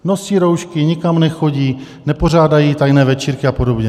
Nosí roušky, nikam nechodí, nepořádají tajné večírky a podobně.